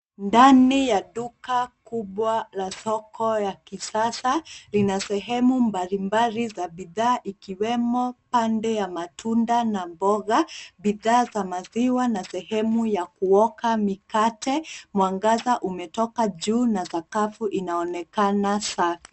Ndani ya duka kubwa la soko ya kisasa, lina sehemu mbalimbali za bidhaa ikiwemo pande ya matunda na mboga, bidhaa za maziwa na sehemu ya kuoka mikate. Mwangaza umetoka juu na sakafu inaonekana safi.